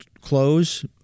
close